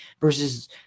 versus